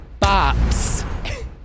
bops